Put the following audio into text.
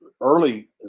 early